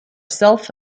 self